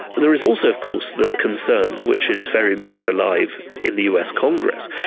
there is also of course the concern, which is very much alive in the us congress,